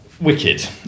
wicked